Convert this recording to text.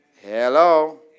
Hello